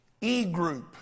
E-group